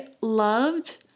loved